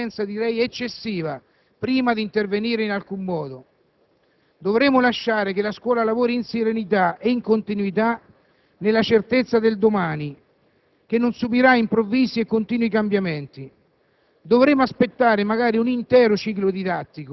Nella scuola, in modo particolare, dovremmo avere una prudenza - direi - eccessiva, prima di intervenire in alcun modo. Dovremmo lasciare che la scuola lavori in serenità e in continuità nella certezza del domani e che non subisca improvvisi e continui cambiamenti.